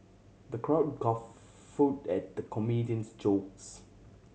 the crowd guffawed at the comedian's jokes